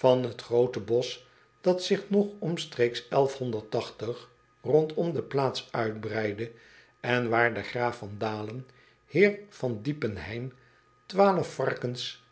an het groote bosch dat zich nog omstreeks rondom de plaats uitbreidde en waar de graaf van alen eer van iepenheim varkens